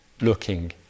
looking